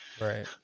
Right